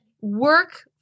work